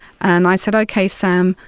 and i said, okay, sam,